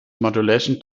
modulation